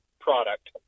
product